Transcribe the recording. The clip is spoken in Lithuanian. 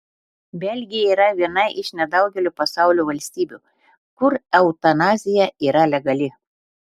belgija yra viena iš nedaugelio pasaulio valstybių kur eutanazija yra legali